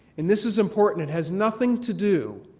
and this is important. it has nothing to do